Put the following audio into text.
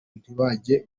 ntibajye